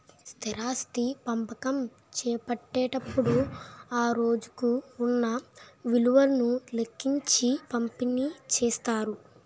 స్థిరాస్తి పంపకం చేపట్టేటప్పుడు ఆ రోజుకు ఉన్న విలువను లెక్కించి పంపిణీ చేస్తారు